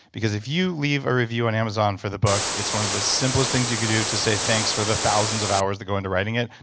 because if you leave a review on amazon for the book, it's one of the simplest things you could do to say thanks for the thousands of hours that go into writing it.